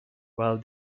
while